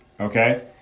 Okay